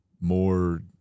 more